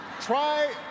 try